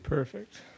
Perfect